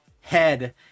head